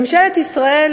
ממשלת ישראל,